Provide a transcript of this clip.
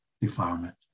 defilement